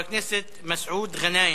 חבר הכנסת מסעוד גנאים.